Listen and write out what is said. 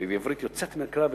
ובעברית יוצאת מן הכלל,